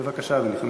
בבקשה, אדוני.